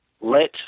Let